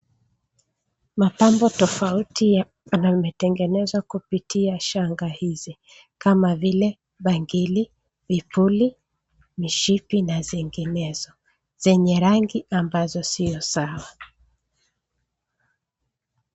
Mapambo tofauti yametengenezwa kupitia shanga hizi, kama vile bangili, vipuli, mishipi, na zinginezo, zenye rangi ambazo sio sawa.